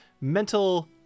mental